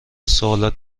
سوالات